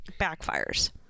backfires